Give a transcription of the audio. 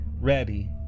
Ready